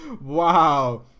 Wow